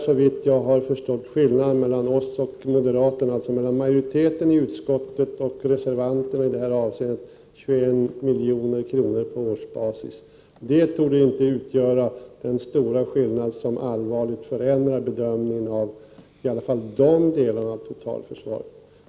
Såvitt jag har förstått är skillnaden mellan majoriteten i utskottet och reservanterna i detta avseende 21 milj.kr. på årsbasis, vilket inte torde utgöra den stora skillnaden som allvarligt förändrar bedömningen av i varje fall dessa delar av totalförsvaret.